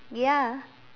ya